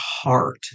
heart